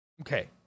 Okay